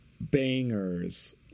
bangers